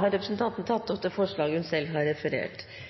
Representanten Torhild Aarbergsbotten har tatt opp